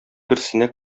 берсенә